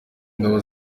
ingabo